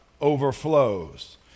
overflows